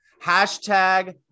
Hashtag